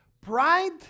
pride